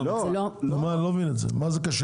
המחיר